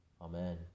Amen